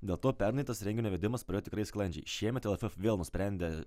dėl to pernai tas renginio vedimas praėjo tikrai sklandžiai šiemet laf vėl nusprendė